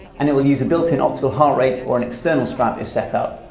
and it will use the built in optical heart rate or an external strap if setup.